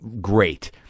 great